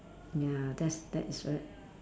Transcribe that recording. ya that's that is right